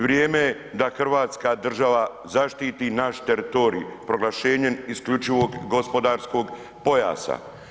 Vrijeme je da Hrvatska država zaštiti naš teritorij proglašenjem isključivog gospodarskog pojasa.